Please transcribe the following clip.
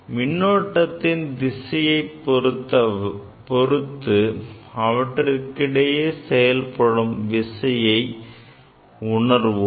மின்னோட்டத்தின் திசையைப் பொறுத்து அவற்றுக்கிடையே செயல்படும் விசையை உணர்வோம்